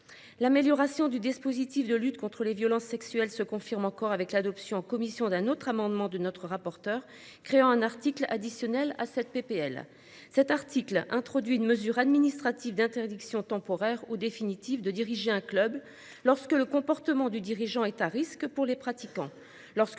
l'amélioration du dispositif de lutte contre les violences sexuelles se confirme encore avec l'adoption en commission d'un autre amendement de notre rapporteur créant un article additionnel à cette PPL cet article, introduit une mesure administrative d'interdiction temporaire ou définitive de diriger un club lorsque le comportement du dirigeant est à risque pour les pratiquants lorsque